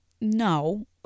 no